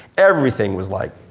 everything was like,